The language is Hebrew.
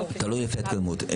תלוי לפי ההתקדמות.